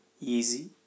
easy